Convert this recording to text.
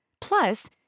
Plus